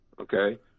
Okay